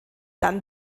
dann